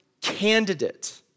candidate